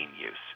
use